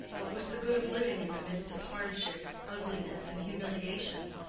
what was the good of living in the midst of hardships, ugliness, and humiliation?